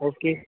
okay